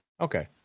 Okay